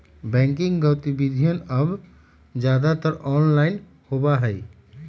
banking गतिविधियन अब ज्यादातर ऑनलाइन होबा हई